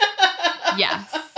Yes